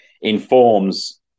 informs